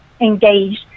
engaged